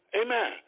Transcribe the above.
Amen